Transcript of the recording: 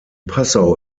passau